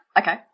Okay